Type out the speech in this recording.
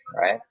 Right